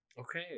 Okay